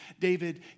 David